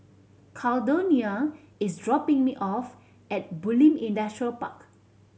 Caldonia is dropping me off at Bulim Industrial Park